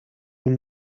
than